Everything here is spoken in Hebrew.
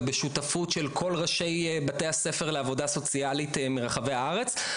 ובמשותפות של כל ראשי בתי ספר לעבודה סוציאלית מרחבי הארץ.